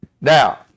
Now